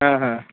ಹಾಂ ಹಾಂ